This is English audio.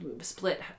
split